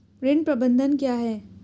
ऋण प्रबंधन क्या है?